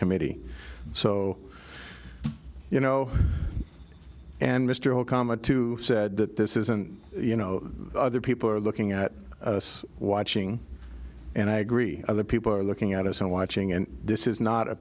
committee so you know and mr okama too said that this isn't you know other people are looking at us watching and i agree other people are looking at us and watching and this is not a